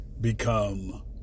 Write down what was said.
become